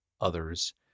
others